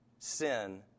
Sin